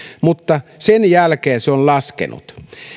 mutta sen jälkeen se on laskenut